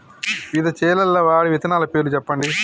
వివిధ చేలల్ల వాడే విత్తనాల పేర్లు చెప్పండి?